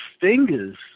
fingers